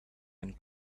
and